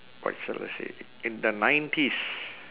quite sad to say in the nineties